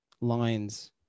lines